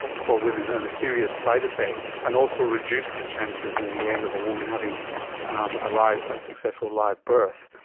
for women and a serious side effect, and also reduce the chances in the end of a woman having um ah a successful live birth.